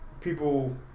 people